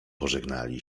pożegnali